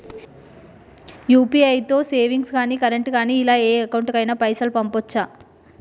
UPI తో savings గాని current గాని ఇలా ఏ అకౌంట్ కైనా పైసల్ పంపొచ్చా?